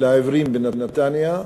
לעיוורים בנתניה,